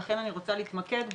לכן אני רוצה להתמקד.